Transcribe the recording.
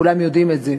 כולם יודעים את זה,